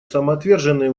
самоотверженные